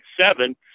seven